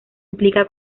implica